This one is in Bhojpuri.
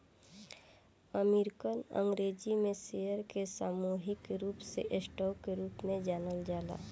अमेरिकन अंग्रेजी में शेयर के सामूहिक रूप से स्टॉक के रूप में जानल जाला